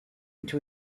into